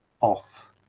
off